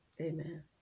Amen